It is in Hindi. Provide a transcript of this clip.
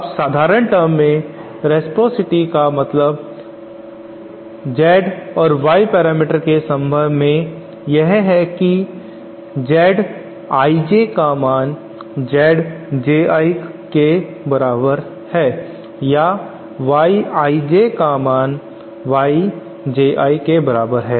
अब साधारण टर्म्स में रेसप्रॉसिटी का मतलब Z और Y पैरामीटर्स के संदर्भ में यह है कि ZIJ का मान ZJI के बराबर है या YIJ का मान YJI के बराबर है